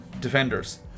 defenders